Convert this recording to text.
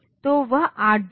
तो वह 8 बिट था